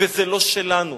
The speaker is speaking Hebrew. וזה לא שלנו,